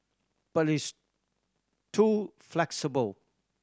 but it's too flexible